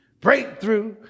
Breakthrough